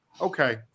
okay